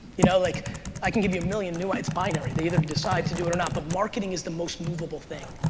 you know like i can give you a million new, it's binary, they either decide to do it or not, but marketing is the most movable thing.